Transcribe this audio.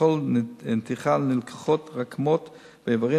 שבכל נתיחה נלקחות דגימות רקמות ואיברים